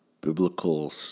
biblical